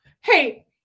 hey